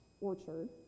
orchard